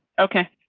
okay,